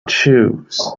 choose